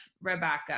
rebecca